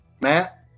Matt